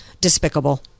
despicable